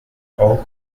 auch